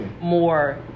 more